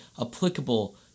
applicable